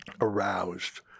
aroused